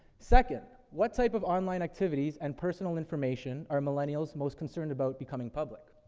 second, what type of online activities and personal information are millennials most concerned about becoming public?